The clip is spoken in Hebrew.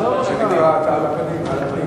ועדת הפנים.